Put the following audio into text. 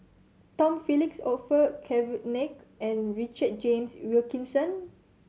Tom Phillips Orfeur Cavenagh and Richard James Wilkinson